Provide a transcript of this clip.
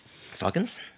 Falcons